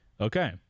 Okay